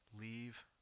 leave